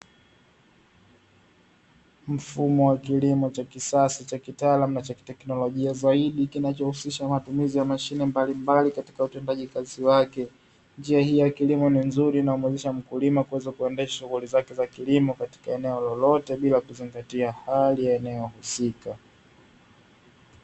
Mfumo wa kilimo cha kisasa, cha kitaalamu, na cha kiteknolojia zaidi, kinachohusisha matumizi ya mashine mbalimbali katika utendaji kazi wake. Njia hii ya kilimo ni nzuri na humuwezesha mkulima kuweza kuendesha shughuli zake za kilimo katika eneo lolote, bila kuzingatia hali ya eneo husika.